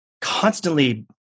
constantly